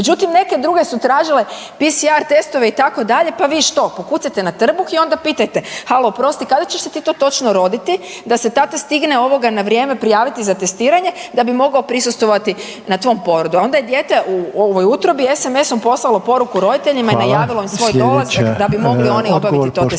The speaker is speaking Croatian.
Međutim, neke druge su tražile PCA testove itd. pa što? Vi pokucajte na trbuh i onda pitajte halo oprosti kada ćeš se ti to točno roditi da se tata stigne ovoga na vrijeme prijaviti za testiranje da bi mogao prisustvovati na tvom porodu. A onda je dijete u utrobi SMS-om poslalo poruku roditeljima i najavilo im svoj dolazak da bi mogli oni obaviti to testiranje.